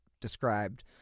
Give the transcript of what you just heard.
described